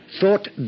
Thought